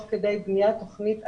למשל בכל תקופת הקורונה,